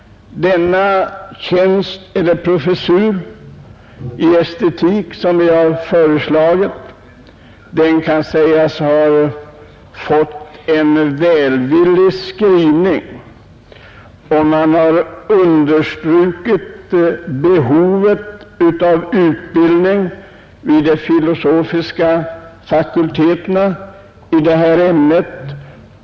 Vårt förslag om en professur i estetik kan sägas ha fått en välvillig behandling, och utskottet har i sin skrivning understrukit behovet av utbildning vid de filosofiska fakulteterna i detta ämne.